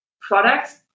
products